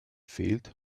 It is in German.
fehlt